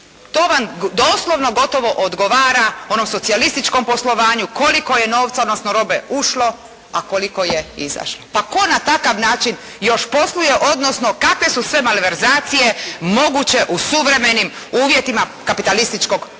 to vam doslovno gotovo odgovara onom socijalističkom poslovanju koliko je novca, odnosno robe ušlo a koliko je izašlo. Pa tko na takav način još posluje, odnosno kakve su sve malverzacije moguće u suvremenim uvjetima kapitalističkog poslovanja,